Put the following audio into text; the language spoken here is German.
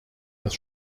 das